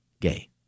gay